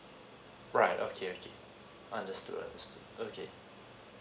right okay okay understood understood okay